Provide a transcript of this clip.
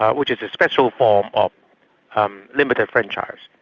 which is a special form of um limited franchise,